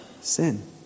sin